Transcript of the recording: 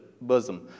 bosom